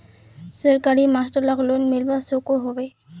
सरकारी मास्टर लाक लोन मिलवा सकोहो होबे?